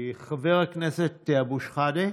חבר הכנסת אבו שחאדה,